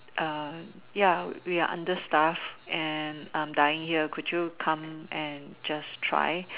ya we are under staff and I'm dying here could you come and just try